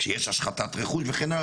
כשיש השחתת רכוש וכן הלאה,